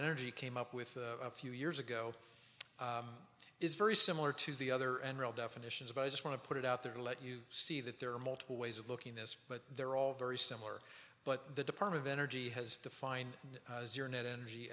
energy came up with a few years ago is very similar to the other and real definitions of i just want to put it out there let you see that there are multiple ways of looking this but they're all very similar but the department of energy has defined your net energy